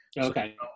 Okay